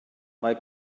mae